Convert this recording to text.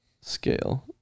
scale